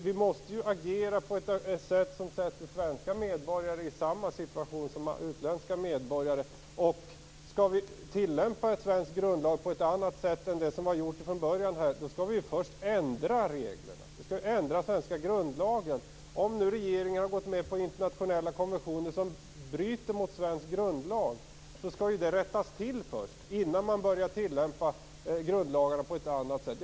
Vi måste ju agera på ett sätt som sätter svenska medborgare i samma situation som utländska medborgare. Skall vi tillämpa en svensk grundlag på ett annat sätt än vi gjorde från början här skall vi ju först ändra reglerna, ändra den svenska grundlagen. Om nu regeringen har gått med på internationella konventioner som bryter mot svensk grundlag skall ju det rättas till innan man börjar tillämpa grundlagarna på ett annat sätt.